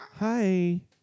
Hi